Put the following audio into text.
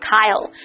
Kyle